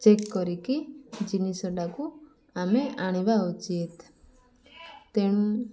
check କରିକି ଜିନିଷଟାକୁ ଆମେ ଆଣିବା ଉଚିତ ତେଣୁ